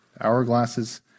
Hourglasses